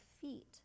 feet